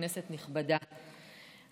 כנסת נכבדה,